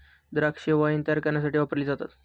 द्राक्षे वाईन तायार करण्यासाठी वापरली जातात